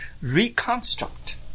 reconstruct